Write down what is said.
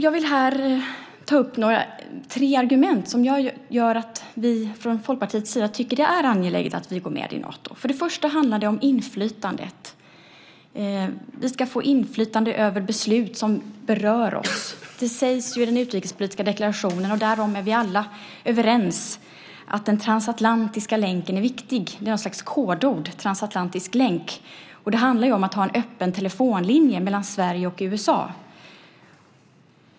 Jag vill här ta upp tre argument som gör att vi från Folkpartiets sida tycker att det är angeläget att vi går med i Nato. Det första argumentet handlar om inflytandet. Vi ska få inflytande över beslut som berör oss. Det sägs i den utrikespolitiska deklarationen, och därom är vi alla överens, att den transatlantiska länken är viktig. Det är något slags kodord, transatlantisk länk. Det handlar om att ha en öppen telefonlinje mellan Sverige och USA.